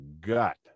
gut